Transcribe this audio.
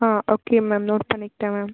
ஆ okay ma'am note பண்ணிக்கிட்டேன் ma'am